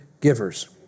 givers